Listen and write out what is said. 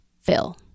fill